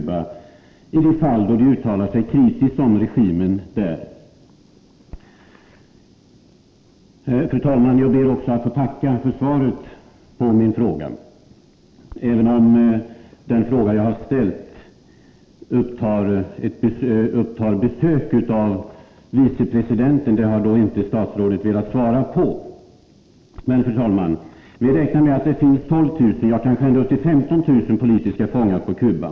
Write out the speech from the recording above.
Bakgrunden till min fråga är att jag som medlem i Kommittén för mänskliga rättigheter på Cuba, Valladareskommittén, får uppgifter om vad som kan hända mina medmänniskor på Cuba i de fall då de uttalar sig kritiskt om regimen där. Vi räknar med att det finns 12 000, ja kanske ända upp till 15 000, politiska fångar på Cuba.